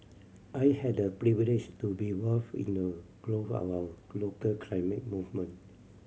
I had the privilege to be involved in the growth of our local climate movement